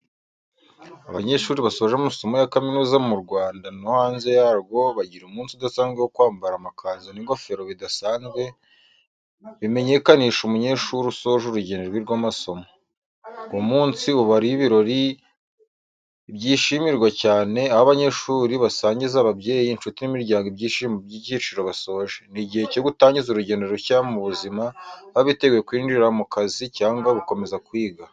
Abanyeshuri basoje amasomo ya kaminuza mu Rwanda no hanze yarwo bagira umunsi udasanzwe wo kwambara amakanzu n’ingofero bidasanzwe, bimenyekanisha umunyeshuri usoje urugendo rwe rw’amasomo. Uwo munsi uba ari ibirori byishimirwa cyane, aho abanyeshuri basangiza ababyeyi, inshuti n’imiryango ibyishimo by’icyiciro basoje. Ni igihe cyo gutangira urugendo rushya mu buzima, baba biteguye kwinjira mu kazi cyangwa gukomeza kwiga.